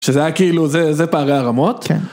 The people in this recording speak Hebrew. שזה היה כאילו, זה פערי הרמות? כן.